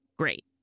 great